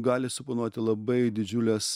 gali suponuoti labai didžiules